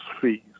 fees